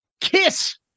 Kiss